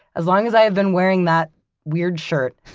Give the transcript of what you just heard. as long as i have been wearing that weird shirt,